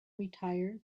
retire